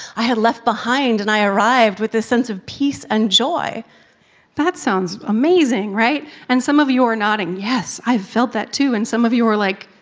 i had left behind and i arrived with a sense of peace and joy. amelia that sounds amazing, right? and some of you are nodding, yes, i've felt that too. and some of you are like,